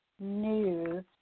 news